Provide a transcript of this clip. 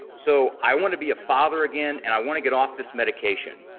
so i want to be a father again and i want to get off this medication.